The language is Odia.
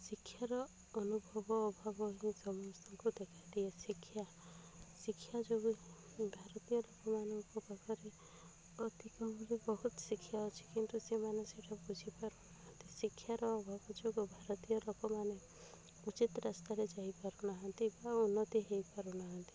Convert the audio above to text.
ଶିକ୍ଷାର ଅନୁଭବ ଅଭାବ ହିଁ ସମସ୍ତଙ୍କୁ ଦେଖା ଦିଏ ଶିକ୍ଷା ଶିକ୍ଷା ଯୋଗୁଁ ଭାରତୀୟ ଲୋକମାନଙ୍କ ପାଖରେ ଅତି କମରେ ବହୁତ ଶିକ୍ଷା ଅଛି କିନ୍ତୁ ସେମାନେ ସେଇଟା ବୁଝି ପାରୁ ନାହାନ୍ତି ଶିକ୍ଷାର ଅଭାବ ଯୋଗୁଁ ଭାରତୀୟ ଲୋକମାନେ ଉଚିତ ରାସ୍ତାରେ ଯାଇ ପାରୁନାହାନ୍ତି ବା ଉନ୍ନତି ହେଇ ପାରୁ ନାହାନ୍ତି